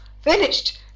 finished